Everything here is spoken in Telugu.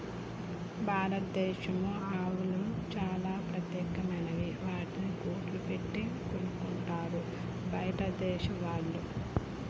భారతదేశం ఆవులు చాలా ప్రత్యేకమైనవి వాటిని కోట్లు పెట్టి కొనుక్కుంటారు బయటదేశం వాళ్ళు